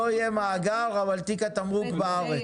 לא יהיה מאגר אבל תיק התמרוק בארץ.